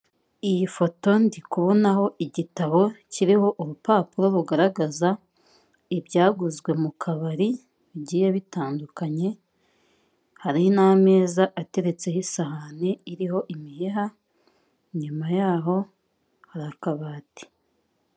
Iyi foto ndikubonaho igitabo kiriho urupapuro rugaragaza ibyaguzwe mu kabari bigiye bitandukanye, hari n'ameza ateretseho isahane iriho imiheha, inyuma yaho, hari akabati.